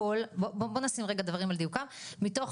מתוך